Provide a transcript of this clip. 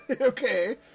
Okay